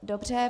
Dobře.